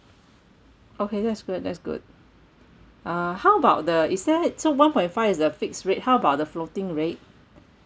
okay that's good that's good uh how about the is there so one point five is the fixed rate how about the floating rate